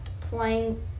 playing